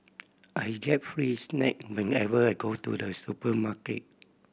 I get free snack whenever I go to the supermarket